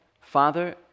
Father